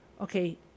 okay